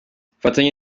ubufatanye